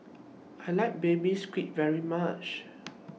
I like Baby Squid very much